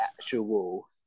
actual